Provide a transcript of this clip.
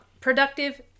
productive